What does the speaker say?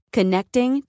Connecting